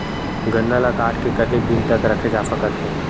गन्ना ल काट के कतेक दिन तक रखे जा सकथे?